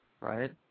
right